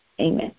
amen